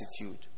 attitude